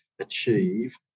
achieve